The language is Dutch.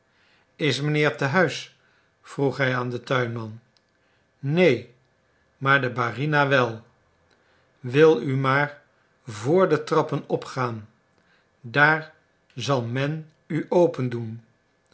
is mijnheer te huis vroeg hij aan den tuinman neen maar de barina wel wil u maar vr de trappen opgaan daar zal men u